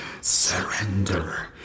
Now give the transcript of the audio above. Surrender